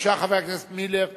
בבקשה, חבר הכנסת מילר.